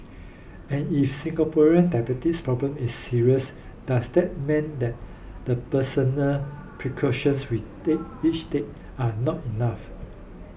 and if Singaporean diabetes problem is serious does that mean that the personal precautions we take each take are not enough